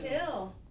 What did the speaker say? chill